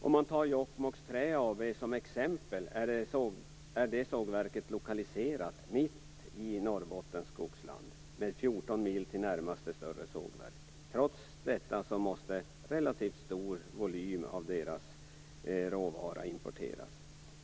Exempelvis Jokkmokks Trä AB är ett sågverk som är lokaliserat mitt i Norrbottens skogsland med 14 mil till närmaste större sågverk. Trots detta måste relativt stor volym av deras råvara importeras.